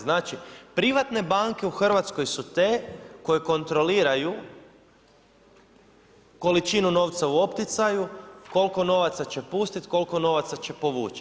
Znači privatne banke u Hrvatskoj su te koje kontroliraju količinu novca u opticaju, koliko novaca će pustiti, koliko novaca će povuć.